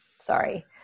sorry